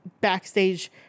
backstage